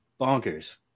bonkers